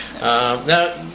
Now